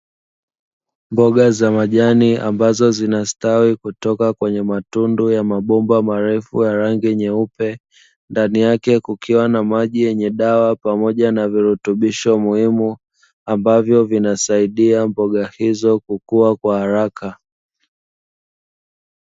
Mboga za majani, ambazo zinastawi kutoka kwenye matundu ya mabomba marefu ya rangi nyeupe, ndani yake kukiwa na maji yenye dawa pamoja na virutubisho muhimu ambavyo vinasaidia mboga hizo kukua kwa haraka.